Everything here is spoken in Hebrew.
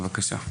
בבקשה.